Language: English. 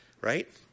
right